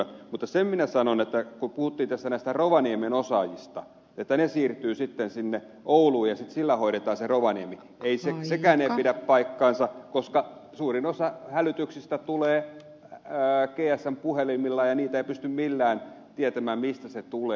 mutta sen minä sanon että kun puhuttiin näistä rovaniemen osaajista että he siirtyvät ouluun ja sillä hoidetaan rovaniemi niin sekään ei pidä paikkaansa koska suurin osa hälytyksistä tulee gsm puhelimilla ja ei pysty millään tietämään mistä puhelu tulee